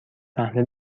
صحنه